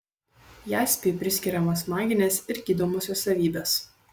jaspiui priskiriamos maginės ir gydomosios savybės